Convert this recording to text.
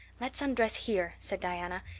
let's undress here, said diana.